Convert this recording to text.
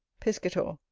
piscator.